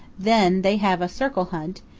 then they have a circle hunt,